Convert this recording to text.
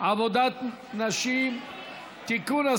עבודת נשים (תיקון,